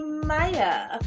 Maya